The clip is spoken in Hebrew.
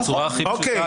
בצורה הכי פשוטה,